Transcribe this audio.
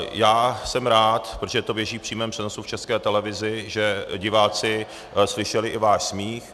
Já jsem rád, protože to běží v přímém přenosu v České televizi, že diváci slyšeli i váš smích.